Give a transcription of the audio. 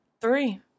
three